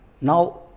now